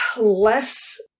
less